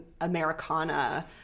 Americana